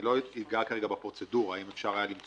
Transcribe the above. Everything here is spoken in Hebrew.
אני לא אגע בפרוצדורה, אם אפשר היה למצוא